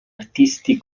artisti